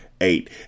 Eight